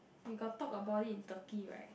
you got talk about it in Turkey right